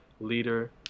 leader